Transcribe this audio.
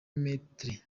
maitre